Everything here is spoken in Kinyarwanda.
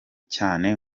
cyane